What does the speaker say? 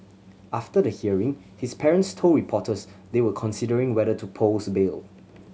after the hearing his parents told reporters they were considering whether to post bail